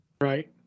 Right